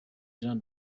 jean